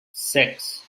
six